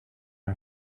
our